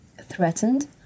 threatened